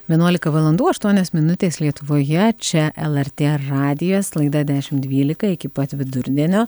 vienuolika valandų aštuonios minutės lietuvoje čia lrt radijas laida dešim dvylika iki pat vidurdienio